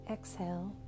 Exhale